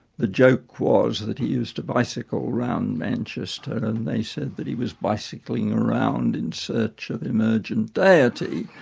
the joke was that he used to bicycle around manchester and they said that he was bicycling around in search of emergent deity,